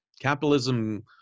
Capitalism